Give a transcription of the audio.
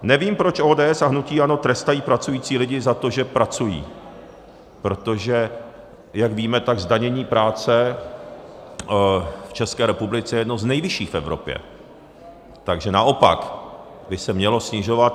Nevím, proč ODS a hnutí ANO trestají pracující lidi za to, že pracují, protože jak víme, tak zdanění práce v České republice je jedno z nejvyšších v Evropě, takže naopak by se mělo snižovat.